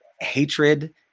hatred